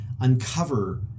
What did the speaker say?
uncover